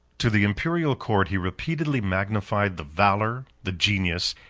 to the imperial court he repeatedly magnified the valor, the genius,